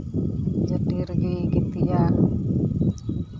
ᱡᱟᱹᱴᱤ ᱨᱮᱜᱮᱭ ᱜᱤᱛᱤᱡᱼᱟ